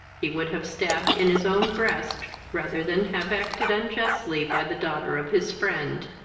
he would have stabbed in his own breast rather than have acted unjustly by the daughter of his friend.